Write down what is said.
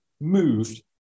moved